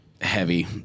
heavy